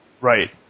Right